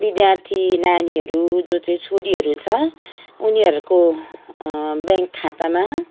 विद्यार्थी नानीहरू जो चाहिँ छोरीहरू छ उनीहरूको ब्याङ्क खातामा